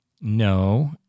no